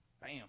bam